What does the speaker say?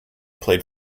played